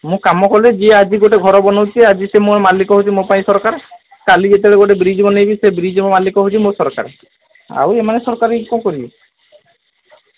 ମୁଁ କାମ କଲେ ଯିଏ ଆଜି ଗୋଟେ ଘର ବନଉଛି ଆଜି ସିଏ ମୋ ମାଲିକ ହେଉଛି ସିଏ ମୋ ପାଇଁ ସରକାର କାଲି ଯେତେବେଳେ ଗୋଟେ ବ୍ରିଜ୍ ବନେଇବି ସେଇ ବ୍ରିଜ୍ର ମାଲିକ ହେଉଛି ମୋ ସରକାର ଆଉ ଏମାନେ ସରକାର ହୋଇକି କ'ଣ କରିବେ